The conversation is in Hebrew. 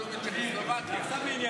אבל הוא מצ'כוסלובקיה, לא הונגריה.